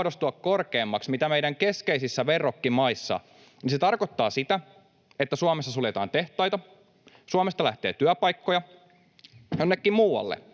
muodostua korkeammaksi kuin meidän keskeisissä verrokkimaissa, niin se tarkoittaa sitä, että Suomessa suljetaan tehtaita, Suomesta lähtee työpaikkoja jonnekin muualle.